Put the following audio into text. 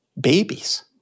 babies